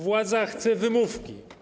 Władza chce wymówki.